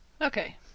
Okay